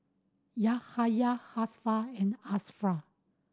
Yahaya Hafsa and